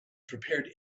prepared